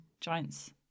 Giant's